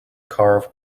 carve